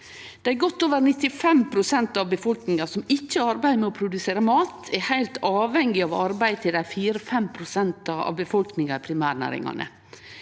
Dei godt over 95 pst. av befolkninga som ikkje arbeider med å produsere mat, er heilt avhengige av arbeidet til dei 4–5 pst. av befolkninga i primærnæringane.